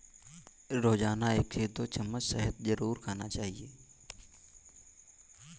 रोजाना एक से दो चम्मच शहद जरुर खाना चाहिए